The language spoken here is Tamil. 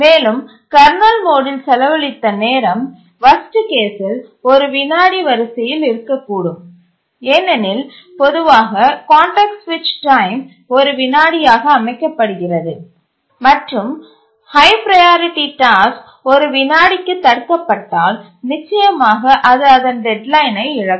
மேலும் கர்னல் மோடில் செலவழித்த நேரம் வர்ஸ்ட் கேஸ்சில் ஒரு விநாடி வரிசையில் இருக்கக்கூடும் ஏனெனில் பொதுவாக கான்டெக்ஸ்ட் சுவிட்ச் டைம் ஒரு விநாடியாக அமைக்கப்படுகிறது மற்றும் கர்னல் ரோட்டின்ஸ் ஒரு வினாடி வரை இயங்கக்கூடும் மற்றும் ஹய் ப்ரையாரிட்டி டாஸ்க் ஒரு விநாடிக்கு தடுக்கப்பட்டால் நிச்சயமாக அது அதன் டெட்லைனை இழக்கும்